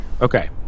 Okay